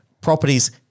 properties